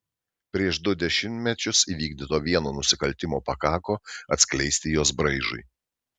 prieš du dešimtmečius įvykdyto vieno nusikaltimo pakako atskleisti jos braižui